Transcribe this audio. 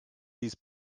these